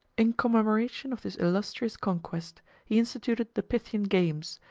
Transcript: in commemoration of this illustrious conquest he instituted the pythian games,